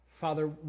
Father